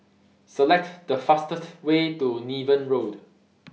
Select The fastest Way to Niven Road